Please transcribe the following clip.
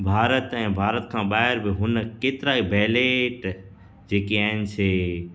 भारत ऐं भारत खां ॿाहिरि बि हुन केतिरा ई बेलेट जेके आहिनि से